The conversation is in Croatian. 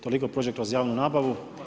Toliko prođe kroz javnu nabavu.